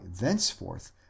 thenceforth